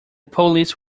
police